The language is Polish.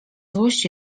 złość